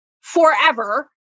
forever